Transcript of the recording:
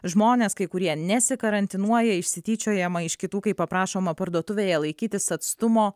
žmonės kai kurie nesikarantinuoja išsityčiojama iš kitų kai paprašoma parduotuvėje laikytis atstumo